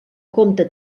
compta